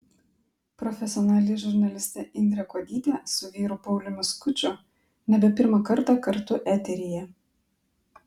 profesionali žurnalistė indrė kuodytė su vyru pauliumi skuču nebe pirmą kartą kartu eteryje